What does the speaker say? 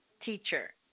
teacher